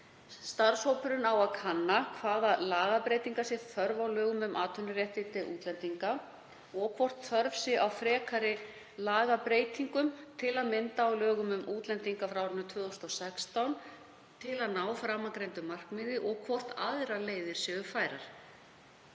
Starfshópurinn á að kanna hvaða lagabreytinga sé þörf á lögum um atvinnuréttindi útlendinga og hvort þörf sé á frekari lagabreytingum, til að mynda á lögum um útlendinga frá árinu 2016, til að ná framangreindu markmiði og hvort aðrar leiðir séu færar.